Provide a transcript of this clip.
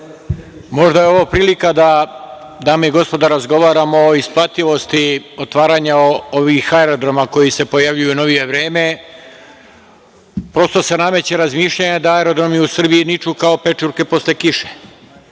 Možda je ovo prilika dame i gospodo na razgovaramo o isplativosti ovih aerodroma koji se pojavljuju u novije vreme. Prosto se nameće razmišljanje da aerodromi u Srbiji niću kao pečurke posle